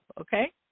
okay